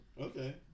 Okay